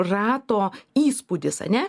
rato įspūdis ane